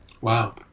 Wow